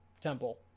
temple